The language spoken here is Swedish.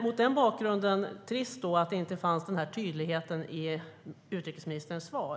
Mot den bakgrunden är det trist att den tydligheten inte fanns i utrikesministerns svar.